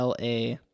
LA